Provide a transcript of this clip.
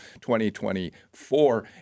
2024